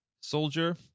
soldier